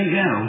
go